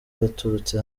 baturutse